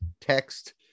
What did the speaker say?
text